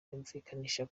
yumvikanisha